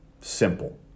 Simple